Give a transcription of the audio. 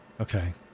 okay